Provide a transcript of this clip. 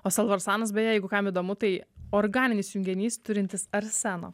o salvarsanas beje jeigu kam įdomu tai organinis junginys turintis arseno